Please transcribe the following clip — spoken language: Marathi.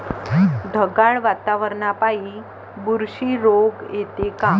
ढगाळ वातावरनापाई बुरशी रोग येते का?